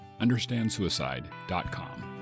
understandsuicide.com